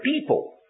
people